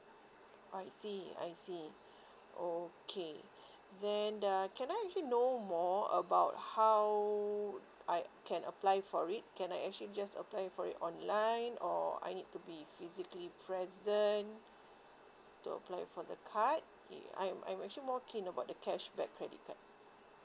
I see I see okay then uh can I actually know more about how I can apply for it can I actually just apply for it online or I need to be physically present to apply for the card I'm I'm actually more keen about the cashback credit card